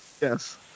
Yes